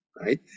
right